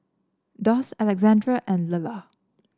Doss Alexandre and Lulla